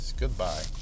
Goodbye